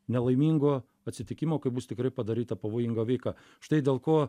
nelaimingo atsitikimo kai bus tikrai padaryta pavojinga veika štai dėl ko